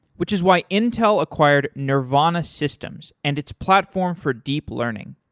which is why intel acquired nervana systems and its platform for deep learning.